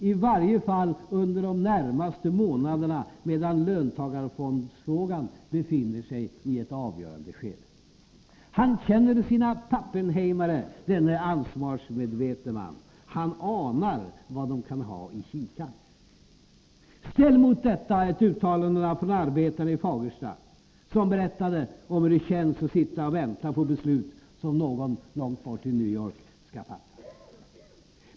I varje fall under de närmaste månaderna medan löntagarfondsfrågan befinner sig i ett sådant avgörande skede.” Han känner sina pappenheimare, denne ansvarsmedvetne man. Han anar vad de kan ha i kikaren. Ställ mot detta uttalanden från arbetarna i Fagersta, som berättade hur det känns att sitta och vänta på ett beslut som någon långt bort i New York skall fatta!